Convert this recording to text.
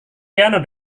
piano